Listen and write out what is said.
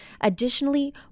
Additionally